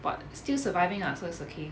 but still surviving lah so it's okay